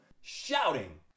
shouting